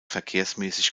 verkehrsmäßig